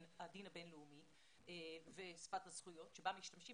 הדין הבין-לאומי ושפת הזכויות בה משתמשים